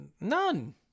None